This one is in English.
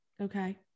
Okay